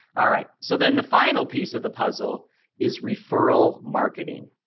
all right. so then the final piece of the puzzle is referral marketing